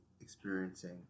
experiencing